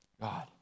God